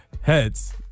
Heads